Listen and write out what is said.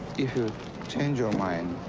if you change your mind.